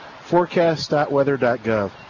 forecast.weather.gov